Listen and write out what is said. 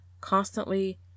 constantly